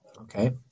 okay